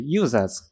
users